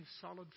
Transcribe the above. solid